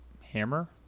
Hammer